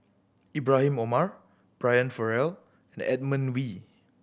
Ibrahim Omar Brian Farrell and Edmund Wee